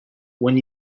when